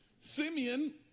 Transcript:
Simeon